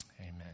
Amen